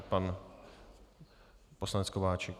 Pan poslanec Kováčik.